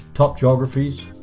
top geographies,